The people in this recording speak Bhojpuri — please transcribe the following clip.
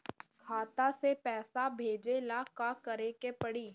खाता से पैसा भेजे ला का करे के पड़ी?